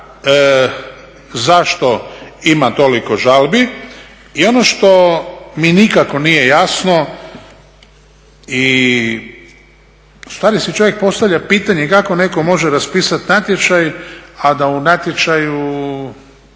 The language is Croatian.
zašto ima toliko žalbi. I ono što mi nikako nije jasno i u stvari si čovjek postavlja pitanje kako netko može raspisati natječaj a da u natječaju